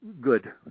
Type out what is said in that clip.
good